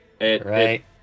Right